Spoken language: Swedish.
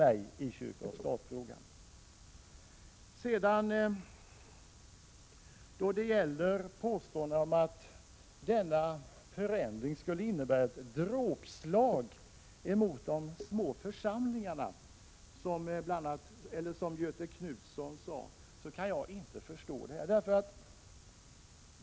Jag kan inte förstå Göthe Knutsons påstående att denna förändring skulle innebära ett dråpslag mot de små församlingarna.